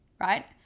right